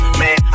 man